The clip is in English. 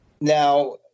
now